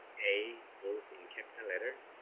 a, both in capital letter,